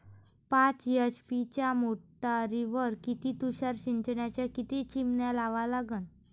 पाच एच.पी च्या मोटारीवर किती तुषार सिंचनाच्या किती चिमन्या लावा लागन?